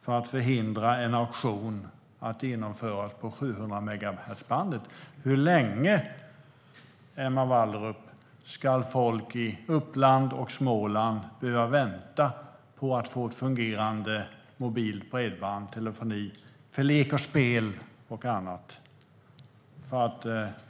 för att förhindra att en auktion av 700-megahertzbandet genomförs? Hur länge ska folk i Uppland och Småland behöva vänta på att få ett fungerande mobilt bredband och fungerande telefoni för lek och spel och annat, Emma Wallrup?